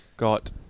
got